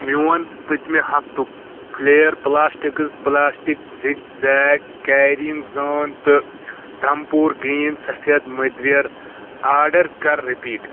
میون پٔتۍ مہِ ہفتُک فلیر پلاسٹِکس پلاسٹِک زگ زیگ کیریِنٛگ زٲن تہٕ دھمپوٗر گرٛیٖن سفید مٔدریر آڈر کر رِپیٖٹ